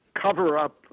cover-up